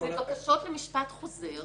לבקשות למשפט חוזר